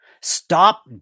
Stop